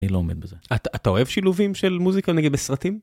אני לא עומד בזה. אתה אוהב שילובים של מוזיקה נגיד בסרטים?